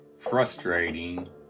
frustrating